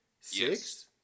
Six